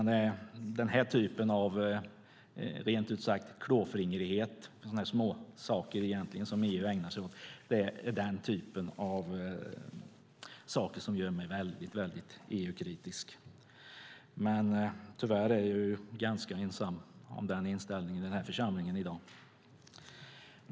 Det är denna typ av klåfingrighet, dessa småsaker EU ägnar sig åt, som gör mig väldigt EU-kritisk. Tyvärr är jag ganska ensam om den inställningen i denna församling i dag.